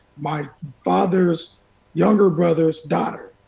my father's younger brother's daughter.